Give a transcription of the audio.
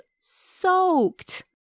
soaked